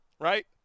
right